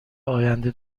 آینده